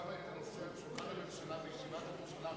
שמה את הנושא על שולחן הממשלה בישיבת הממשלה האחרונה,